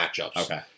Okay